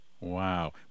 Wow